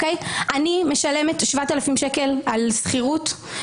אני משלמת 7,000 שקל על שכירות,